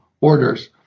orders